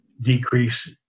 decrease